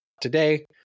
today